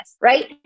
right